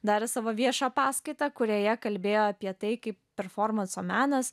darė savo viešą paskaitą kurioje kalbėjo apie tai kaip performanso menas